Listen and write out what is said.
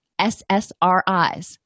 SSRIs